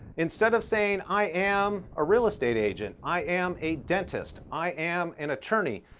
instead of saying, i am a real estate agent, i am a dentist, i am an attorney,